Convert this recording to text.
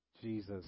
Jesus